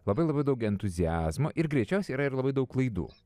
labai labai daug entuziazmo ir greičiausiai yra ir labai daug klaidų